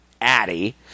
Addy